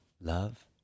love